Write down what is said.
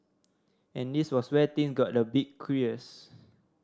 and this was where thing got a bit curious